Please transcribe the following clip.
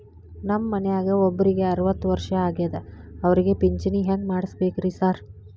ನಮ್ ಮನ್ಯಾಗ ಒಬ್ರಿಗೆ ಅರವತ್ತ ವರ್ಷ ಆಗ್ಯಾದ ಅವ್ರಿಗೆ ಪಿಂಚಿಣಿ ಹೆಂಗ್ ಮಾಡ್ಸಬೇಕ್ರಿ ಸಾರ್?